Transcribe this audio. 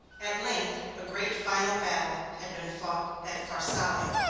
at length a great final battle had been fought at pharsalia.